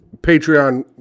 Patreon